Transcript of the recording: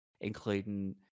including